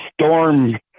storm